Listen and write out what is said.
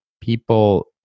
people